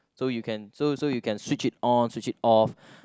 so you can so so you can switch it on switch it off